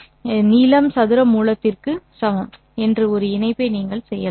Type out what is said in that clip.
எனவே நீளம் சதுர மூலத்திற்கு சமம் என்று ஒரு இணைப்பை நீங்கள் செய்யலாம்